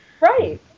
Right